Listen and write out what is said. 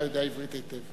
אתה יודע עברית היטב.